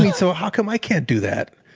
mean? so how come i can't do that?